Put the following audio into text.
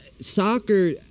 soccer